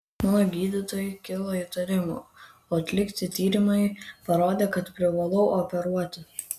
mano gydytojai kilo įtarimų o atlikti tyrimai parodė kad privalau operuotis